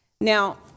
Now